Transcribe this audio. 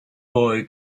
boy